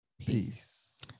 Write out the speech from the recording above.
peace